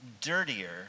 dirtier